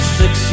six